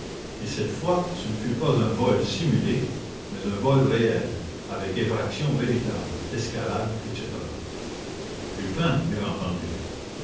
et cette fois ce ne fut pas un vol simulé mais un vol réel avec effraction véritable escalade etc lupin bien entendu